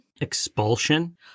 Expulsion